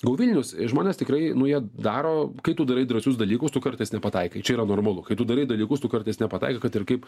go vilnius žmonės tikrai nu jie daro kai tu darai drąsius dalykus tu kartais nepataikai čia yra normalu kai tu darai dalykus tu kartais nepataikai kad ir kaip